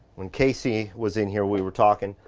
when casey was in here, we were talking,